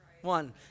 One